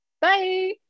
Bye